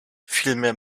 vielmehr